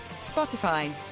Spotify